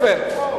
פה.